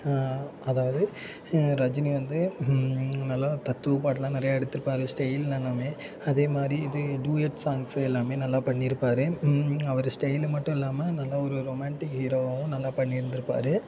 அதாவது ரஜினி வந்து நல்லா தத்துவ பாட்டெலாம் நிறைய எடுத்திருப்பாரு ஸ்டைல் எல்லாமே அதேமாதிரி இது டூயேட்ஸ் சாங்ஸ்ஸு எல்லாமே நல்லா பண்ணியிருப்பாரு அவர் ஸ்டைலு மட்டும் இல்லாமல் நல்ல ஒரு ரொமான்டிக் ஹீரோவாகவும் நல்லா பண்ணியிருந்துருப்பார்